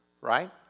right